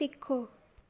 सिखो